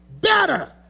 better